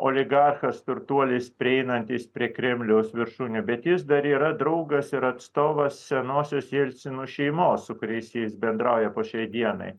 oligarchas turtuolis prieinantis prie kremliaus viršūnių bet jis dar yra draugas ir atstovas senosios jelcinų šeimos su kuriais jis bendrauja po šiai dienai